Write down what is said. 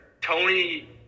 Tony